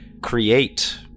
create